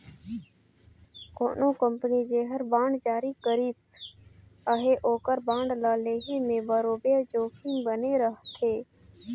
कोनो कंपनी जेहर बांड जारी करिस अहे ओकर बांड ल लेहे में बरोबेर जोखिम बने रहथे